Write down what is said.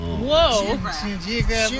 Whoa